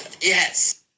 Yes